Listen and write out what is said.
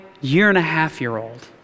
year-and-a-half-year-old